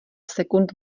sekund